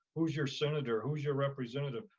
who's your senator? who's your representative?